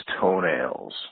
toenails